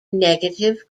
negative